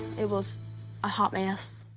it was a hot mess.